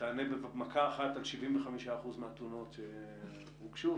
תענה במכה אחת על 75% מהתלונות שהוגשו,